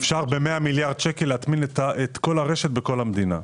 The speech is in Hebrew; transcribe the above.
אפשר ב-100 מיליארד שקל להטמין את כל הרשת בכל המדינה.